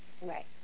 Right